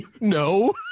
No